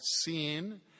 seen